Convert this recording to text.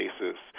basis